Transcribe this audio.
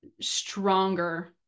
stronger